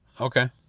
okay